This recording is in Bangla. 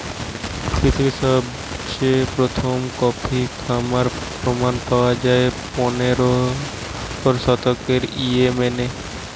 পৃথিবীরে সবচেয়ে প্রথম কফি খাবার প্রমাণ পায়া যায় পনেরোর শতকে ইয়েমেনে